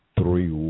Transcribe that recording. Three